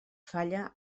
falla